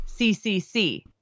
CCC